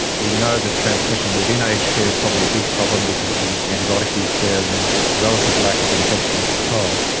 we know that transmission within aged care is probably a big problem because of the antibiotic use there and the relative lack of infection control.